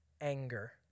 anger